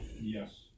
yes